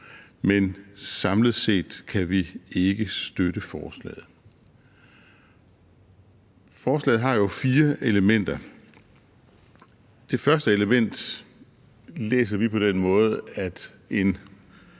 men samlet set kan vi ikke støtte forslaget. Forslaget har jo fire elementer. Det første element læser vi på den måde, at en